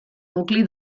nucli